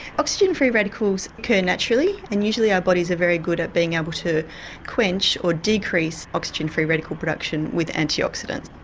oxygen free radicals occur naturally and usually our bodies are very good at being able to quench or decrease oxygen free radical production with antioxidants.